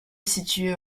situé